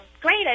great